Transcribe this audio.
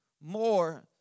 more